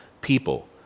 people